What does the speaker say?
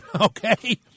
Okay